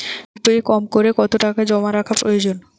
পাশবইয়ে কমকরে কত টাকা জমা রাখা প্রয়োজন?